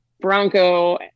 Bronco